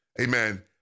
amen